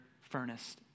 furnace